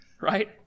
Right